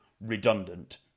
redundant